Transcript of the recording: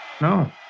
No